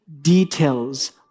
details